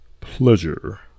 Pleasure